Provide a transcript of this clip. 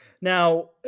Now